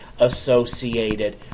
associated